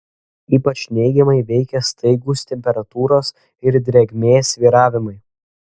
ypač neigiamai veikia staigūs temperatūros ir drėgmės svyravimai